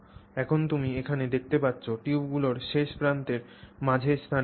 এখন তুমি এখানে দেখতে পাচ্ছ টিউবগুলির শেষপ্রান্তের মাঝে স্থান রয়েছে